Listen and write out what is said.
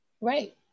Right